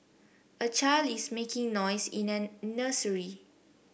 a child is making noise in a nursery